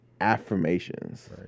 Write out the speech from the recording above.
affirmations